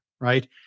Right